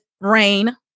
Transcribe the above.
rain